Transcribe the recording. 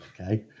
okay